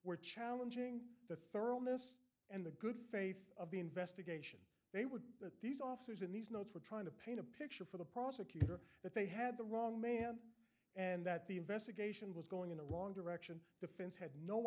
were challenging the thoroughness and the good faith of the investigation they would that these officers in these notes were trying to paint a picture for the prosecutor that they had the wrong man and that the investigation was going in the wrong direction things had no